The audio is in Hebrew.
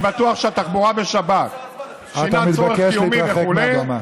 אני בטוח שהתחבורה בשבת, אתה מתבקש להתרחק מהבמה.